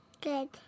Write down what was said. Good